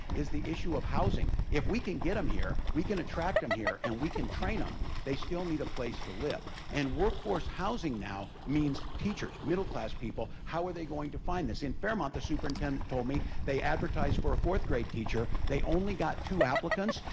is the issue of housing. if we can get em here, we can attract em here, and we can train em, they still need a place to live. and workforce housing now means teachers middle-class people, how are they going to find this? in fairmont the superintendent told me they advertised for a fourth-grade teacher, they only got two applicants.